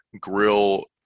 Grill